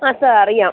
ആ സാർ അറിയാം